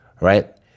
right